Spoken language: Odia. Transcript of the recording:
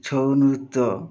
ଛଉ ନୃତ୍ୟ